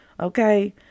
Okay